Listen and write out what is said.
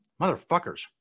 motherfuckers